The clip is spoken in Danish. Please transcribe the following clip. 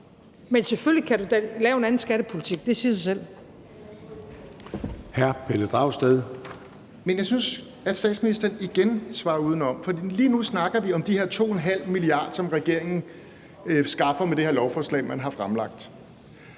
Men selvfølgelig kan du da lave en anden skattepolitik. Det siger sig selv.